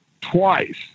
twice